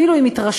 אפילו הם התרשלו,